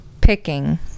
Picking